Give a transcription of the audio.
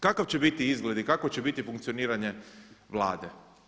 Kakav će biti izgled i kakvo će biti funkcioniranje Vlade?